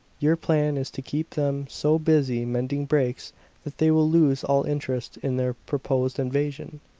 your plan is to keep them so busy mending breaks that they will lose all interest in their proposed invasion.